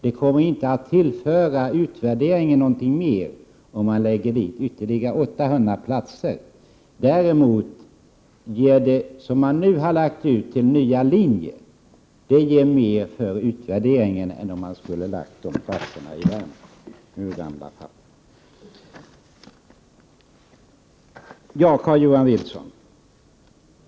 Det kommer inte att kunna tillföra utvärderingen något om man utökar med 800 platser. De resurser som man nu har lagt på nya linjer ger däremot mer för utvärdering Prot. 1988/89:120 en, än om man skulle ha lagt ut fler platser i Värmland. Carl-Johan Wilson!